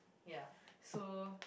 ya so